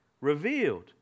revealed